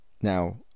now